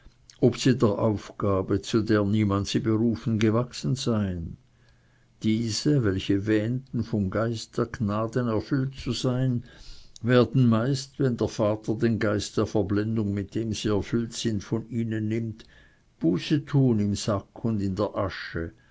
ob sie der aufgabe zu der niemand sie berufen gewachsen seien diese welche wähnten vom geist der gnaden erfüllt zu sein werden meist wenn der vater den geist der verblendung mit dem sie erfüllt sind von ihnen nimmt buße tun im sack und in der asche